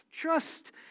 Trust